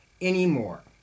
anymore